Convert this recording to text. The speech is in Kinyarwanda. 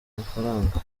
amafaranga